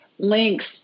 Links